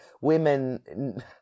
women –